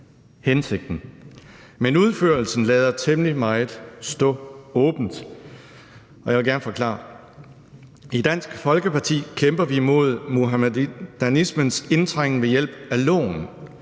Men udførelsen lader temmelig meget stå åbent, og jeg vil gerne forklare det. I Dansk Folkeparti kæmper vi ved hjælp af loven